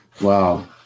Wow